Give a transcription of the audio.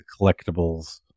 collectibles